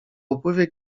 upływie